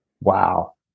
Wow